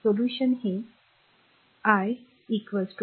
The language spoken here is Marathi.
सोल्यूशन हे it dqdt